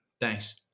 Thanks